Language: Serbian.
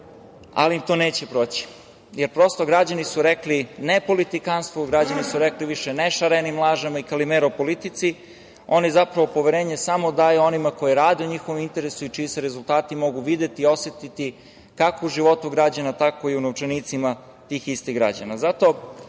ali im to neće proći, jer, prosto, građani su rekli ne politikanstvu, građani su rekli više ne šarenim lažama i kalimero politici. Oni zapravo poverenje samo daju onima koji rade u njihovom interesu i čiji se rezultati mogu videti, osetiti kako u životu građana, tako i u novčanicima tih istih građana. Kao